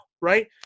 right